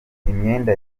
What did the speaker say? imyenda